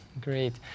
great